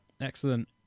Excellent